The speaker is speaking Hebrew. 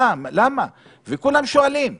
כולם שואלים למה.